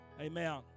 Amen